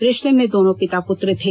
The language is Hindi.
रिष्ते में दोनो पिता पुत्र थे